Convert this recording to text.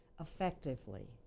effectively